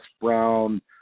Brown